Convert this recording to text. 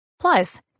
Plus